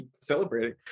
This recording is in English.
celebrating